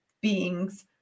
beings